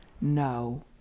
No